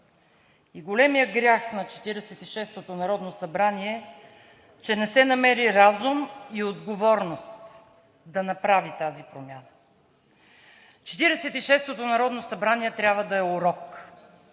и големият грях на 46-ото народно събрание е, че не се намери разум и отговорност да направи тази промяна. Четиридесет и шестото народно събрание трябва да е урок